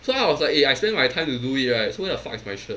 so I was like eh I spend my time to do it right so where the fuck is my shirt